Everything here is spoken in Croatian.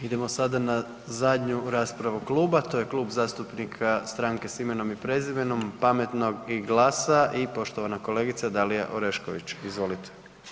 Idemo sada na zadnju raspravu kluba, to je Klub zastupnika Stranke s imenom i prezimenom, Pametnog i GLAS-a i poštovana kolegica Dalija Orešković, izvolite.